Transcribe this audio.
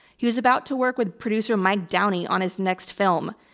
he was about to work with producer, mike downey, on his next film.